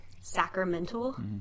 sacramental